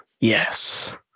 yes